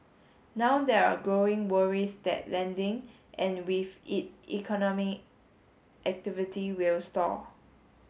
now there are growing worries that lending and with it economic activity will stall